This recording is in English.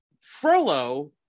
Frollo